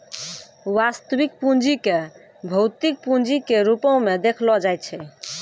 वास्तविक पूंजी क भौतिक पूंजी के रूपो म देखलो जाय छै